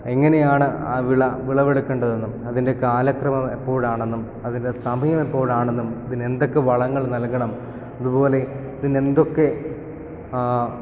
എങ്ങനെയാണ് ആ വിള വിളവെടുക്കേണ്ടത് എന്നും അതിൻ്റെ കാലക്രമം എപ്പോഴാണെന്നും അതിൻ്റെ സമയം എപ്പോഴാണെന്നും ഇതിന് എന്തൊക്കെ വളങ്ങൾ നൽകണം അതുപോലെ ഇതിന് എന്തൊക്കെ ആ